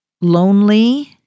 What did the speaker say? lonely